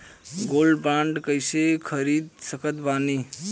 Gold bond कईसे खरीद सकत बानी?